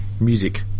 music